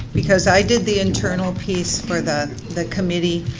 because i did the internal piece for the the committee.